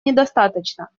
недостаточно